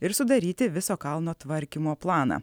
ir sudaryti viso kalno tvarkymo planą